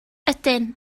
ydyn